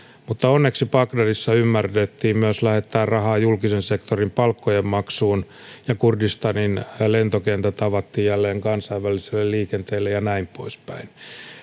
mutta onneksi bagdadissa ymmärrettiin myös lähettää rahaa julkisen sektorin palkkojen maksuun ja kurdistanin lentokentät avattiin jälleen kansainväliselle liikenteelle ja näin poispäin